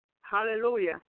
Hallelujah